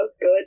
good